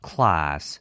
Class